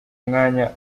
mwanya